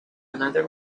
another